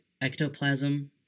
ectoplasm